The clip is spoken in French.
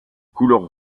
couleur